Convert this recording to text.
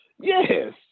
Yes